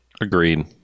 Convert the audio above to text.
Agreed